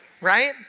Right